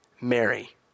Mary